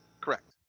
Correct